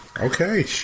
Okay